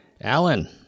Alan